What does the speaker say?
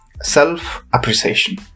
self-appreciation